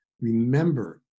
remember